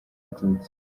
abatutsi